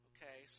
Okay